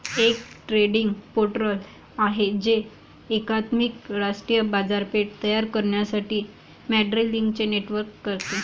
एक trading portal आहे जे एकात्मिक राष्ट्रीय बाजारपेठ तयार करण्यासाठी मंडईंचे नेटवर्क करते